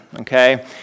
okay